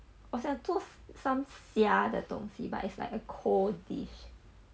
我像 s~ some 虾的东西 but it's like a cold dish